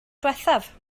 diwethaf